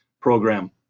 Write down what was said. program